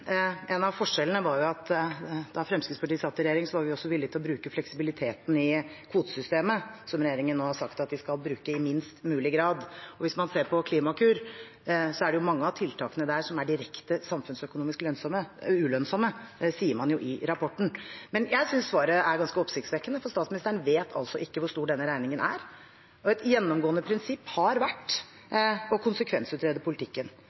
En av forskjellene var at da Fremskrittspartiet satt i regjering, var vi også villige til å bruke fleksibiliteten i kvotesystemet, som regjeringen nå har sagt at de skal bruke i minst mulig grad. Hvis man ser på Klimakur, er det mange av tiltakene der som er direkte samfunnsøkonomisk ulønnsomme – det sier man jo i rapporten. Jeg synes svaret er ganske oppsiktsvekkende, for statsministeren vet altså ikke hvor stor denne regningen er, og et gjennomgående prinsipp har vært å konsekvensutrede politikken.